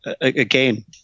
again